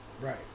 Right